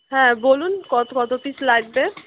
হ্যাঁ বলুন কতো কতো পিস লাগবে